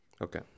Okay